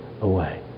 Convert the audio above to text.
away